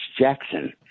Jackson